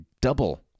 double